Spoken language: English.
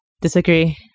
Disagree